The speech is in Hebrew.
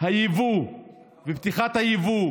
היבוא ופתיחת היבוא